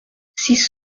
six